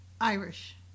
Irish